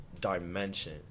dimension